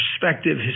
perspective